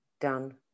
done